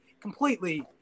completely